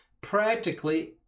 practically